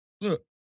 Look